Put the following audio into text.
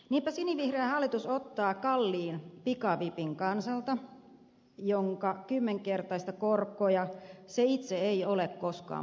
niinpä sinivihreä hallitus ottaa kansalta kalliin pikavipin jonka kymmenkertaista korkoa se itse ei ole koskaan maksamassa